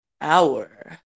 Hour